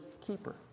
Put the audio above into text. keeper